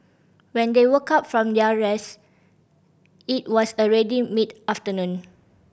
when they woke up from their rest it was already mid afternoon